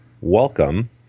welcome